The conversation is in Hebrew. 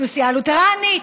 הכנסייה הלותרנית,